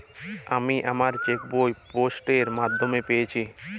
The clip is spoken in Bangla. আমি আমার চেকবুক পোস্ট এর মাধ্যমে পেয়েছি